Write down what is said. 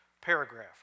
paragraph